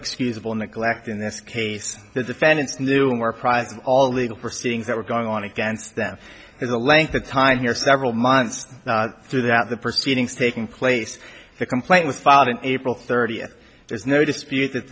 excusable neglect in this case the defendants knew where all legal proceedings that were going on against them the length of time here several months through that the proceedings taking place the complaint was filed in april thirtieth there's no dispute that